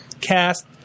cast